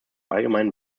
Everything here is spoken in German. allgemeinen